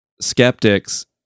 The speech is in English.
skeptics